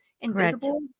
invisible